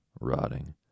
rotting